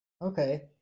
Okay